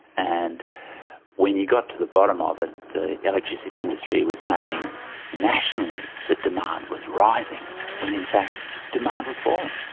and when you got to the bottom of it, the electricity industry was saying nationally that demand was rising when in fact demand was falling.